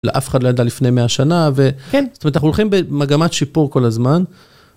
לאף אחד לא ידע לפני מאה שנה ו... כן. זאת אומרת, אנחנו הולכים במגמת שיפור כל הזמן.